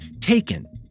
taken